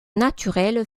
naturelle